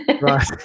Right